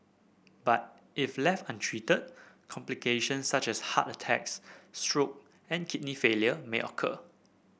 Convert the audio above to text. but if left untreated complications such as heart attacks stroke and kidney failure may occur